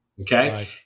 okay